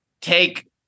take